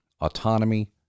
autonomy